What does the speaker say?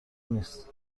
نیست